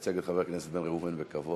תייצג את חבר הכנסת בן ראובן בכבוד.